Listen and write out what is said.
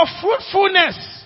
fruitfulness